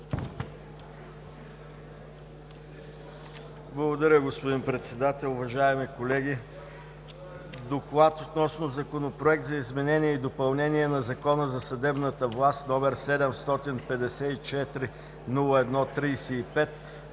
Благодаря, господин Председател. Уважаеми колеги, „Доклад относно Законопроект за изменение и допълнение на Закона за съдебната власт, № 754-01-35,